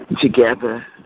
together